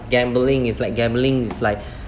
gambling it's like gambling it's like